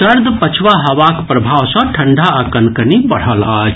सर्द पछवा हवाक प्रभाव सँ ठंडा आ कनकनी बढ़ल अछि